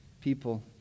people